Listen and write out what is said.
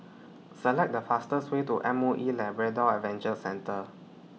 Select The fastest Way to M O E Labrador Adventure Centre